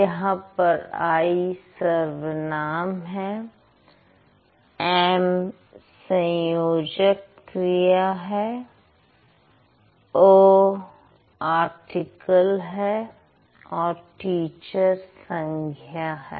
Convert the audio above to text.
यहां पर आई सर्वनाम है एम संयोजक क्रिया है अ आर्टिकल है और टीचर संज्ञा है